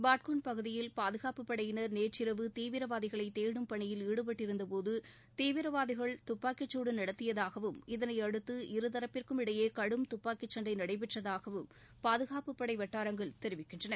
பாட்கூன் பகுதியில் பாதுகாப்பப்படையினர் நேற்றிரவு தீவிரவாதிகளை தேடும் பணியில் ஈடுபட்டிருந்தபோது தீவிரவாதிகள் துப்பாக்கிச்சூடு நடத்தியதாகவும் இதனையடுத்து இருதூட்பிற்கும் இடையே கடும் துப்பாக்கிச்சண்டை நடைபெற்றதாகவும் பாதுகாப்புப்படை வட்டாரங்கள் தெரிவிக்கின்றன